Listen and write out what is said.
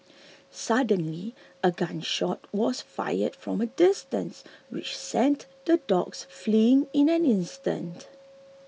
suddenly a gun shot was fired from a distance which sent the dogs fleeing in an instant